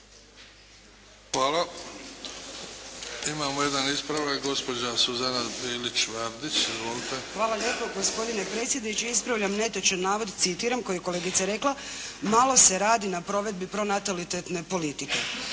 Hvala. Imamo jedan ispravak, gospođa Suzana Bilić-Vardić. Izvolite. **Bilić Vardić, Suzana (HDZ)** Hvala lijepo gospodine predsjedniče. Ispravljam netočan navod, citiram, koji je kolegica rekla: „malo se radi na provedbi pronatalitetne politike“.